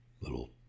little